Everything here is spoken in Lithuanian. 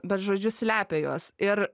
bet žodžiu slepia juos ir